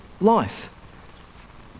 life